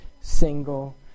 single